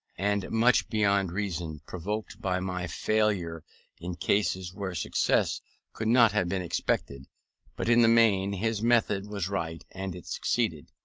and much beyond reason, provoked by my failures in cases where success could not have been expected but in the main his method was right, and it succeeded.